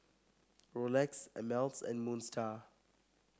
Rolex Ameltz and Moon Star